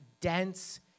dense